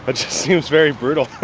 ah just seems very brutal